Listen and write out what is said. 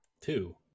Two